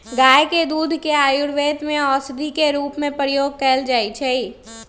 गाय के दूध के आयुर्वेद में औषधि के रूप में प्रयोग कएल जाइ छइ